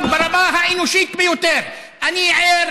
אני כאן כדי לומר ברמה האנושית ביותר: אני ער